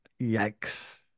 Yikes